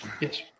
Yes